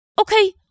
Okay